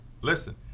listen